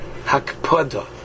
hakpada